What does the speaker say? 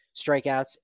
strikeouts